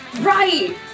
Right